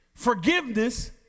Forgiveness